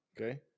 Okay